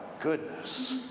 goodness